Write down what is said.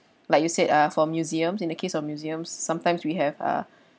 like you said ah for museums in the case of museums sometimes we have ah